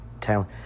town